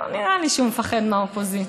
לא נראה לי שהוא מפחד מהאופוזיציה.